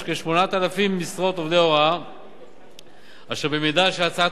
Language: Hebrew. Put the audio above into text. יש כ-8,000 משרות עובדי הוראה אשר במידה שהצעת